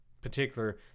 particular